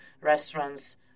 restaurants